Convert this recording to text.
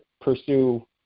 pursue